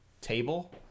table